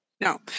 No